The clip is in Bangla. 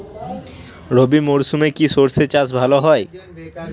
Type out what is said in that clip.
রবি মরশুমে কি সর্ষে চাষ ভালো হয়?